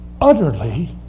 utterly